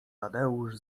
tadeusz